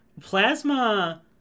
Plasma